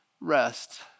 rest